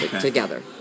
together